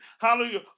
hallelujah